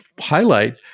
highlight